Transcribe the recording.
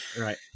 Right